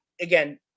Again